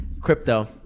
Crypto